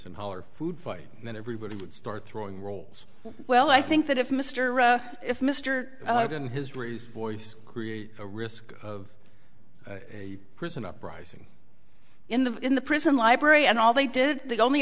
and holler food fight and then everybody would start throwing rolls well i think that if mr if mr didden his raised voices create a risk of a prison uprising in the in the prison library and all they did the only